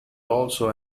also